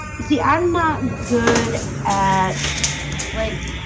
see i'm not good at like